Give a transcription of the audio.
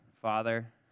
Father